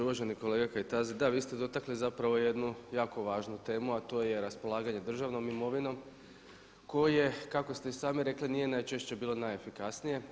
Uvaženi kolega Kajtazi, da vi ste dotakli zapravo jednu jako važnu temu a to je raspolaganje državnom imovinom koje kako ste i sami rekli nije najčešće bilo najefikasnije.